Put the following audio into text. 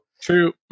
true